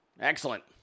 Excellent